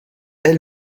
elle